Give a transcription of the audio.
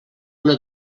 una